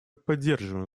поддерживаем